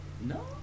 No